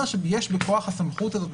זה אומר שיש בכוח הסמכות הזאת,